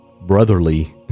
brotherly